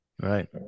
Right